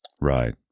Right